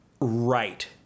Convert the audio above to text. Right